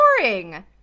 boring